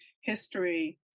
history